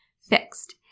fixed